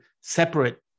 separate